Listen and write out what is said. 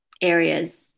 areas